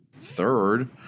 third